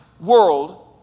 world